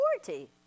authority